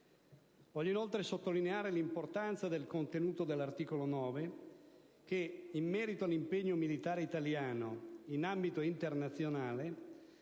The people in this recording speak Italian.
Voglio inoltre sottolineare l'importanza del contenuto dell'articolo 9 che, in merito all'impegno militare italiano in ambito internazionale